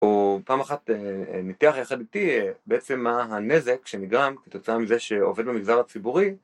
הוא פעם אחת ניתח יחד איתי, בעצם הנזק שנגרם כתוצאה מזה שעובד במגזר הציבורי